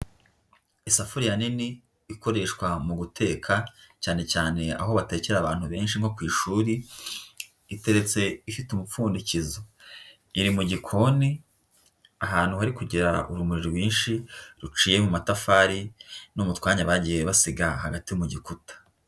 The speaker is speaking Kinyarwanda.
Isafuriya nini ikoreshwa mu guteka cyane cyane aho batekera abantu benshi nko ku ishuri, iteretse ifite umupfundikizo, iri mu gikoni ahantu hari kugera urumuri rwinshi, ruciye mu matafari no mu twanya bagiye basiga hagati mu gikuta.